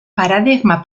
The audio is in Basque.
paradigma